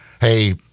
hey